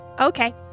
Okay